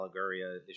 allegoria